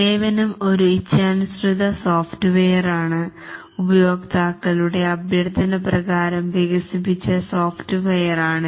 സേവനം ഒരു ഇച്ഛാനുസൃത സോഫ്റ്റ്വെയറാണ് ഉപയോക്താക്കളുടെ അഭ്യർത്ഥനപ്രകാരം വികസിപ്പിച്ച സോഫ്റ്റ്വെയറാണിത്